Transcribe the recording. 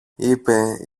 είπε